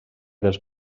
dels